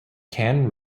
can